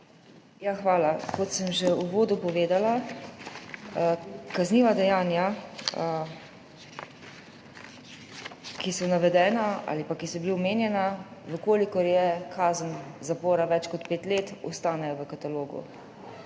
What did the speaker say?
Hvala. Kot sem že v uvodu povedala, kazniva dejanja, ki so navedena ali pa ki so bila omenjena, če je kazen zapora več kot pet let, ostanejo v katalogu.